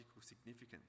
significance